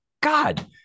God